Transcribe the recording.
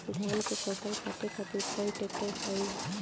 धान के फसल काटे खातिर कौन ट्रैक्टर सही ह?